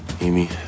Amy